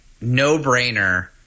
no-brainer –